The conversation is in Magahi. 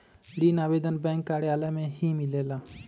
ऋण आवेदन बैंक कार्यालय मे ही मिलेला?